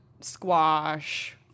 squash